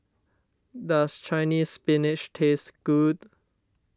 does Chinese Spinach taste good